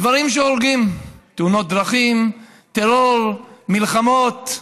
דברים שהורגים: תאונות דרכים, טרור, מלחמות,